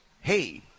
hey